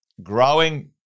Growing